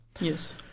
Yes